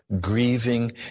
grieving